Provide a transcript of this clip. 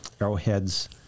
arrowheads